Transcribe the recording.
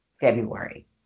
February